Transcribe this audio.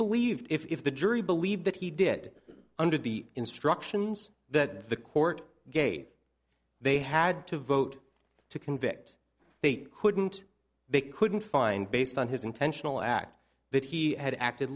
believed if the jury believed that he did under the instructions that the court gave they had to vote to convict they couldn't they couldn't find based on his intentional act that he had acted